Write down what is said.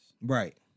Right